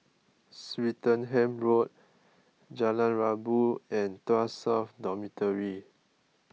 Swettenham Road Jalan Rabu and Tuas South Dormitory